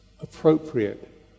appropriate